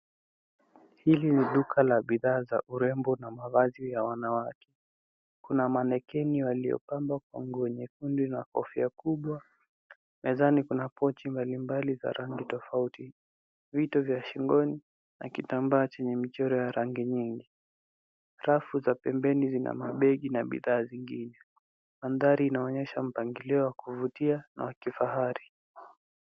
Hivi ni duka la bidhaa za urembo na mavazi ya wanawake kuna mannekwini waliopambwa kwa nguo nyekundu na kofia kubwa, mezani kuna pochi mbalimbali za rangi tofauti vitu vya shingoni na kitambaa chenye michoro ya rangi nyingi ,rafu za pembeni vina mabegi na bidhaa zingine mandhari inaonyesha mpangilio wa kuvutia na wakifahari.